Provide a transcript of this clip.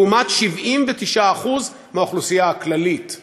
לעומת 79% מהאוכלוסייה הכללית.